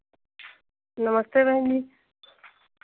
नमस्ते बहन जी